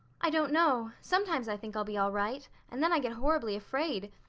i don't know. sometimes i think i'll be all right and then i get horribly afraid.